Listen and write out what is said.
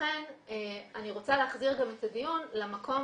לכן אני רוצה להחזיר את הדיון למקום